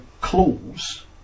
clause